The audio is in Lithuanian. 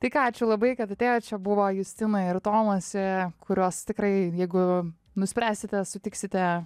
tai ką ačiū labai kad atėjot čia buvo justina ir tomas kuriuos tikrai jeigu nuspręsite sutiksite